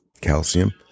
calcium